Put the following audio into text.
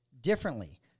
differently